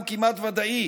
הוא כמעט ודאי,